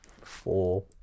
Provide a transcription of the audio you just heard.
four